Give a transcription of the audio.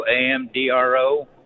A-M-D-R-O